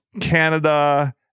Canada